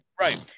Right